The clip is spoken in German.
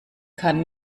kann